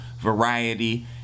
variety